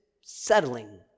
settling